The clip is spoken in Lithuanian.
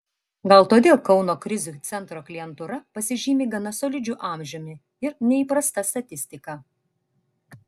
gal todėl kauno krizių centro klientūra pasižymi gana solidžiu amžiumi ir neįprasta statistika